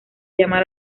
llama